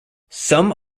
some